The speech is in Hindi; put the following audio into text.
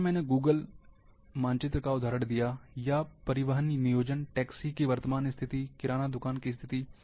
जैसा मैंने गूगल मानचित्र का उदाहरण दिया या परिवहन नियोजन टैक्सी की वर्तमान स्तिथि किराना दुकान की स्तिथि